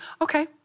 Okay